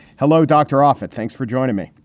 hello, dr. offit, thanks for joining me.